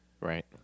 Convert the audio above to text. Right